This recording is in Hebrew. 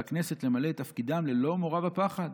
הכנסת למלא את תפקידם ללא מורא ופחד.